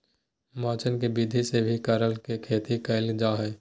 मचान के विधि से भी करेला के खेती कैल जा हय